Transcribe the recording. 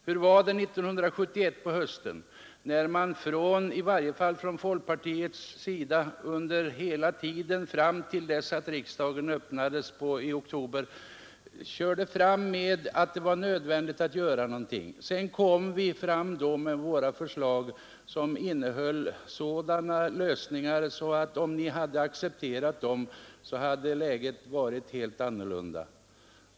Hur var det på hösten 1971 när man under hela året från folkpartiets sida fram till dess riksdagsarbetet påbörjades i oktober hade gjort klart att det var nödvändigt att göra någonting? Våra förslag innehöll lösningar som, om ni hade accepterat dem, hade gjort läget helt annorlunda.